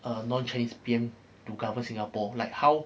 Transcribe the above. a non chinese P_M to govern singapore like how